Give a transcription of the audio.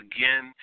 Again